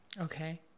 Okay